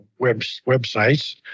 websites